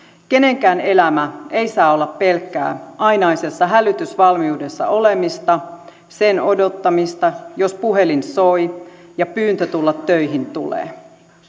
kenenkään elämä ei saa olla pelkkää ainaisessa hälytysvalmiudessa olemista sen odottamista että puhelin soi ja pyyntö tulla töihin tulee